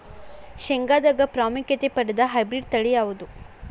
ಶೇಂಗಾದಾಗ ಪ್ರಾಮುಖ್ಯತೆ ಪಡೆದ ಹೈಬ್ರಿಡ್ ತಳಿ ಯಾವುದು?